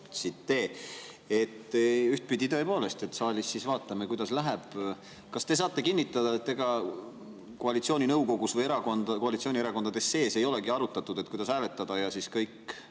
lõpuosast. Ühtpidi tõepoolest, saalis vaatame, kuidas läheb. Kas te saate kinnitada, et koalitsiooninõukogus või koalitsioonierakondade sees ei olegi arutatud, kuidas hääletada, ja kõik